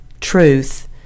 truth